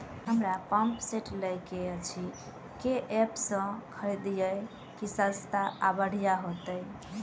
हमरा pump set लय केँ अछि केँ ऐप सँ खरिदियै की सस्ता आ बढ़िया हेतइ?